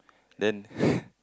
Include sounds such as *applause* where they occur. then *breath*